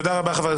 תודה רבה.